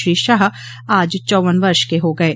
श्री शाह आज चौव्वन वर्ष के हो गये